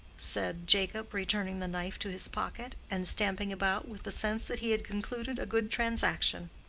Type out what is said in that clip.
said jacob, returning the knife to his pocket, and stamping about with the sense that he had concluded a good transaction.